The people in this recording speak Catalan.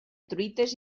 truites